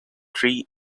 three